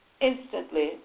instantly